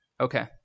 okay